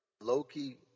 Loki